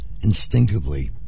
instinctively